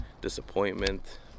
disappointment